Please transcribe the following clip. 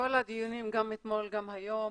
מכל הדיונים, גם אתמול וגם היום,